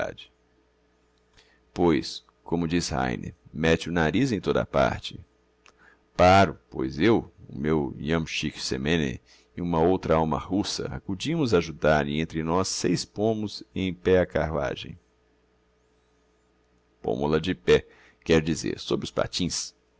pois como diz heine mette o nariz em toda a parte paro pois eu o meu yamstchik semene e uma outra alma russa accudimos a ajudar e entre nós seis pômos em pé a carruagem pômol a de pé quero dizer sobre os patins